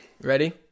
Ready